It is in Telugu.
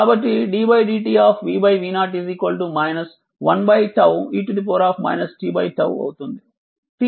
కాబట్టి ddt v v 0 1τ e t 𝜏 అవుతుంది